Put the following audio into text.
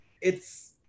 it's-